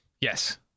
Yes